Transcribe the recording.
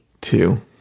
two